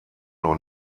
noch